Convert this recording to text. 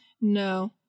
No